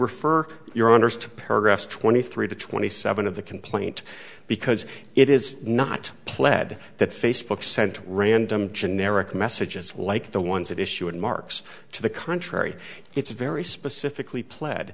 paragraphs twenty three to twenty seven of the complaint because it is not pled that facebook sent random generic messages like the ones that issue it marks to the contrary it's very specifically pled